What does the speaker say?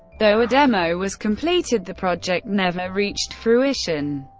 though a demo was completed, the project never reached fruition.